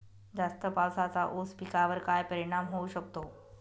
जास्त पावसाचा ऊस पिकावर काय परिणाम होऊ शकतो?